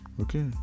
okay